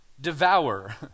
devour